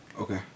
Okay